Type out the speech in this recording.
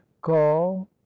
call